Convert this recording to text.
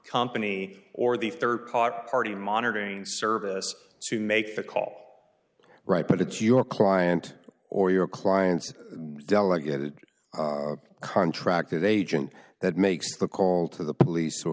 company or the rd party monitoring service to make the call right but it's your client or your client's delegated contracted agent that makes the call to the police